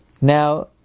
Now